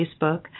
Facebook